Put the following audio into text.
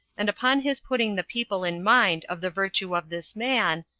and upon his putting the people in mind of the virtue of this man,